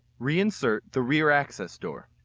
re-insert the rear access door.